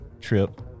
trip